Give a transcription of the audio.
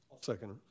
Second